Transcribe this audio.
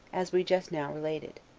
as we just now related.